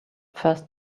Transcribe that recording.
first